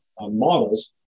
models